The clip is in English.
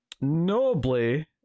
Nobly